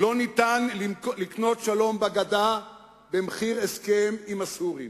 לא ניתן לקנות שלום בגדה במחיר הסכם עם הסורים.